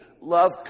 Love